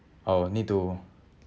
oh need to